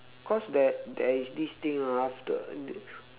cause there there is this thing after